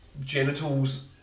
genitals